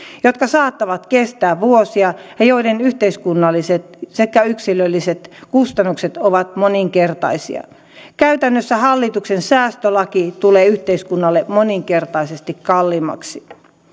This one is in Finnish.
jotka saattavat kestää vuosia ja joiden yhteiskunnalliset sekä yksilölliset kustannukset ovat moninkertaisia käytännössä hallituksen säästölaki tulee yhteiskunnalle moninkertaisesti kalliimmaksi